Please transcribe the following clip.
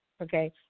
Okay